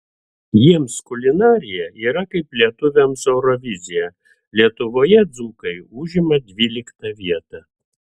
jiems kulinarija yra kaip lietuviams eurovizija lietuvoje dzūkai užima dvyliktą vietą